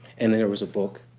and there was a book